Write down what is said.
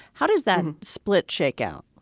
how does that split shake out?